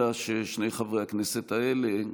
אלא ששני חברי הכנסת האלה,